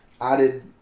added